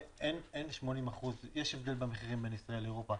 אין 80%. יש הבדל במחירים בין ישראל לאירופה,